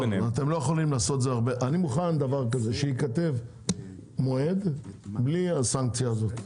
אני מוכן שייכתב מועד בלי הסנקציה הזאת.